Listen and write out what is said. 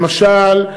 למשל,